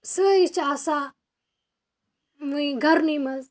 سٲری چھِ آسان وٕنۍ گَرنٕے منٛز